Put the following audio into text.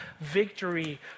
victory